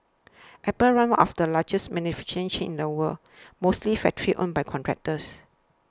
apple runs one of the largest manufacturing chains in the world mostly factories owned by contractors